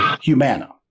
Humana